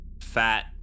fat